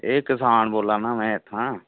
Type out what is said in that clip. एह् कसान बोल्ला ना में इत्थुआं